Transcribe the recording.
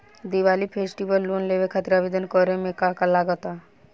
Diwali festival loan लेवे खातिर आवेदन करे म का का लगा तऽ?